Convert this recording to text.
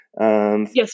Yes